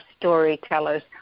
storytellers